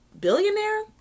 billionaire